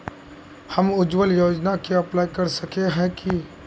हम उज्वल योजना के अप्लाई कर सके है की?